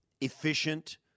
efficient